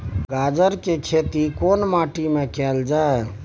गाजर के खेती केना माटी में कैल जाए?